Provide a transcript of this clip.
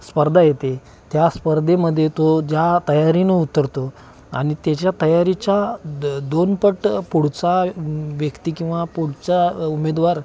स्पर्धा येते त्या स्पर्धेमध्ये तो ज्या तयारीनं उतरतो आणि त्याच्या तयारीच्या द दोनपट पुढचा व्यक्ती किंवा पुढचा उमेदवार